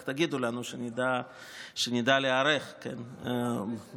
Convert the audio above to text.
רק תגידו לנו, שנדע להיערך בהתאם.